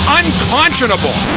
unconscionable